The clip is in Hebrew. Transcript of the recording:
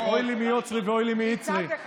מצד אחד,